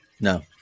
No